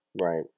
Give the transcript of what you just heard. Right